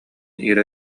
ира